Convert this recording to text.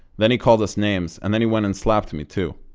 then he called us names and then he went and slapped me too.